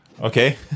Okay